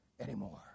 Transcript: anymore